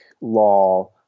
law